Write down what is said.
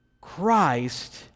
Christ